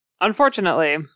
Unfortunately